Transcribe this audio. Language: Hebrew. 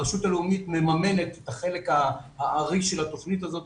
הרשות הלאומית מממנת את החלק הארי של התוכנית הזאת,